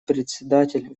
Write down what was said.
председатель